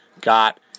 got